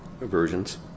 versions